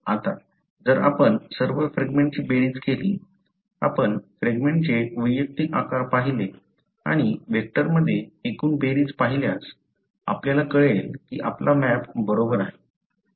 आता जर आपण सर्व फ्रॅगमेंटची बेरीज केली आपण फ्रॅगमेंटचे वैयक्तिक आकार पाहिले आणि व्हेक्टरमध्ये एकूण बेरीज पाहिल्यास आपल्याला कळेल की आपला मॅप बरोबर आहे